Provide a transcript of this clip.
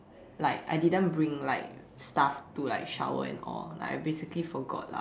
like I didn't bring like stuff to like shower and all like I basically forgot lah